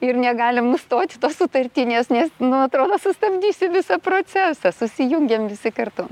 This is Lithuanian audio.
ir negalim nustoti tos sutartinės nes nu atrodo sustabdysi visą procesą susijungėm visi kartu